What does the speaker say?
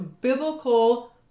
biblical